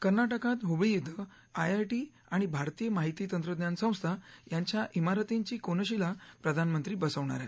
कर्नाटकात हुबळी इथं आयआयटी आणि भारतीय माहिती तंत्रज्ञान संस्था यांच्या इमारतींची कोनशिला प्रधानमंत्री बसवणार आहेत